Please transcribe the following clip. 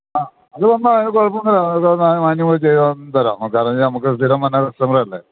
ആ അതു വന്നാൽ കുഴപ്പമൊന്നുമില്ല മാന്യമായി ചെയ്യാം തരാം കാരണമെന്നുവച്ചാല് നമുക്ക് സ്ഥിരം വരുന്ന കസ്റ്റമറല്ലേ